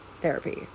therapy